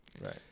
Right